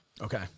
Okay